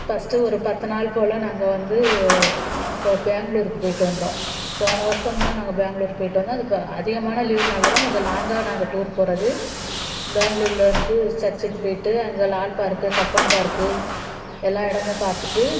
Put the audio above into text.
first ஒரு பத்து நாள் போல் நாங்கள் வந்து பெங்ளூர்க்கு போய்விட்டு வந்தோம் போன வருஷம்லாம் நாங்கள் பெங்ளூரு போய்விட்டு வந்தோம் அது இப்போ அதிகமான லீவ் நாளில் தான் கொஞ்சம் லாங்கா நாங்கள் டூர் போகறது பெங்ளூர்ல வந்து சர்ச்க்கு போய்விட்டு அங்கே லால் பார்க்கு கப்பன் பார்க்கு எல்லா இடமும் பார்த்துட்டு